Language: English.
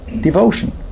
devotion